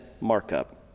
markup